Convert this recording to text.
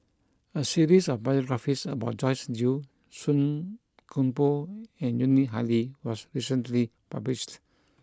a series of biographies about Joyce Jue Song Koon Poh and Yuni Hadi was recently published